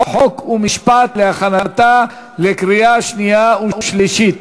חוק ומשפט להכנתה לקריאה שנייה ושלישית.